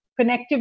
connectivity